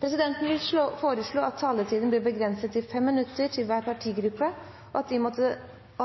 Presidenten vil foreslå at taletiden blir begrenset til 5 minutter til hver partigruppe, og